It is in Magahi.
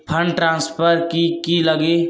फंड ट्रांसफर कि की लगी?